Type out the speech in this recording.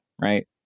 Right